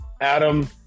Adam